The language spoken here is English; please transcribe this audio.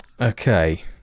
Okay